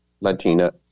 Latina